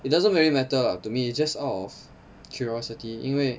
it doesn't really matter lah to me it's just out of curiosity 因为